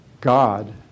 God